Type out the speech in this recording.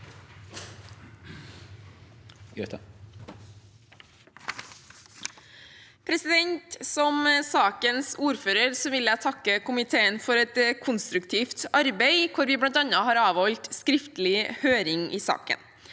for saken): Som sakens ordfører vil jeg takke komiteen for et konstruktivt arbeid, hvor vi bl.a. har avholdt skriftlig høring i saken.